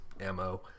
ammo